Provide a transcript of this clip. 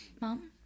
mom